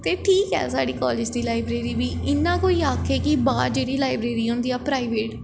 ते ठीक ऐ साढ़े कालेज दी लाईब्रेरी बी इ'यां कोई आक्खै कि बाह्र जेह्ड़ी लाईब्रेरी होंदियां प्राईवेट